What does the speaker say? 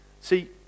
See